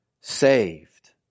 Saved